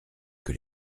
que